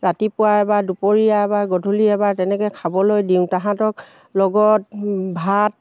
ৰাতিপুৱা এবাৰ দুপৰীয়া এবাৰ গধূলি এবাৰ তেনেকৈ খাবলৈ দিওঁ তাহাঁতক লগত ভাত